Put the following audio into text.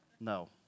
No